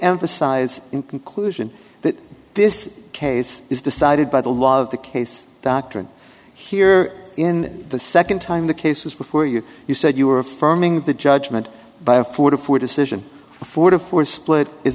emphasize in conclusion that this case is decided by the law of the case doctrine here in the second time the cases before you you said you were affirming the judgement by a four to four decision forty four split is